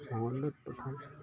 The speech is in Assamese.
মংগলদৈত পঠাওঁ